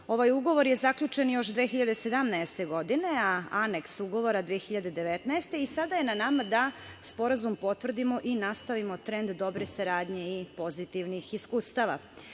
ugovor je zaključen još 2017. godine, a aneks ugovora 2019. godine i sada je na nama da sporazum potvrdimo i nastavimo trend dobre saradnje i pozitivnih iskustava. Vrednost